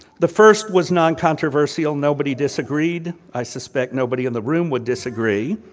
the first was non-controversial, nobody disagreed, i suspect nobody in the room would disagree,